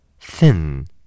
Thin